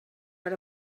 per